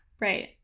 Right